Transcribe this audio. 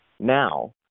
now